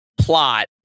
plot